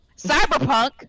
Cyberpunk